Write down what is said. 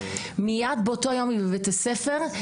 מיד באותו יום הוא בבית הספר.